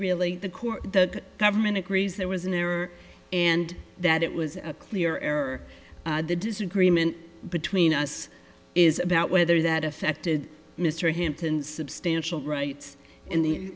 really the court the government agrees there was an error and that it was a clear error the disagreement between us is about whether that affected mr hinton substantial rights in the